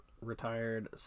retired